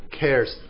cares